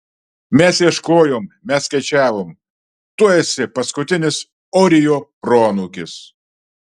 mes ieškojom mes skaičiavom tu esi paskutinis orio proanūkis